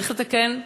צריך לתקן,